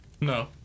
No